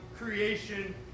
creation